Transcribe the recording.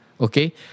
Okay